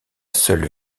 seule